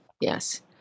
yes